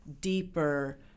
deeper